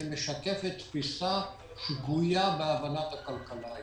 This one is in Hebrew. שמשקפת תפיסה שגויה בהבנת הכלכלה הישראלית.